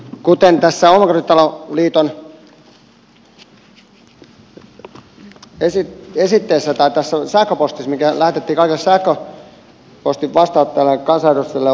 kuten tässä omakotiliiton sähköpostissa mikä lähetettiin kaikille sähköpostin vastaanottajille ja kansanedustajille sanotaan